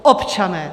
Občané!